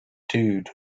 dude